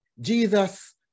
Jesus